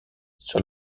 sur